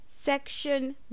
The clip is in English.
section